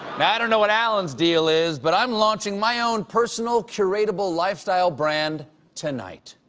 i don't know what alan's deal is but i'm launching my own personable kurratable lifestyle brand tonight,